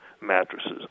mattresses